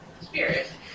Spirit